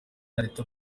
anita